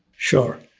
sure,